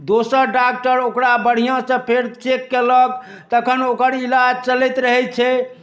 दोसर डॉक्टर ओकरा बढ़िआँ सँ फेर चेक केलक तखन ओकर ईलाज चलैत रहै छै